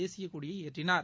தேசியக்கொடியை ஏற்றினார்